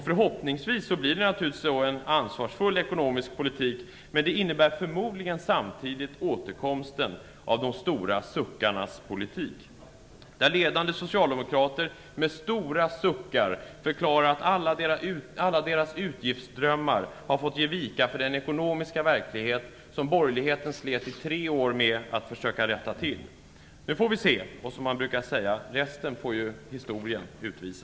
Förhoppningsvis blir det en ansvarsfull ekonomisk politik, men den innebär förmodligen samtidigt återkomsten av de stora suckarnas politik, där ledande socialdemokrater med stora suckar förklarar att alla deras utgiftsdrömmar har fått ge vika för den ekonomiska verklighet, som borgerligheten i tre år slet med för att försöka rätta till. Nu får vi se, och resten får - som man brukar säga - historien utvisa.